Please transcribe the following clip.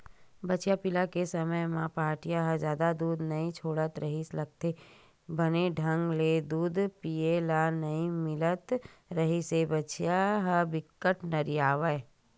बछिया पिला के समे म पहाटिया ह जादा दूद नइ छोड़त रिहिस लागथे, बने ढंग ले दूद पिए ल नइ मिलत रिहिस त बछिया ह बिकट नरियावय